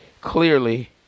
clearly